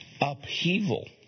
upheaval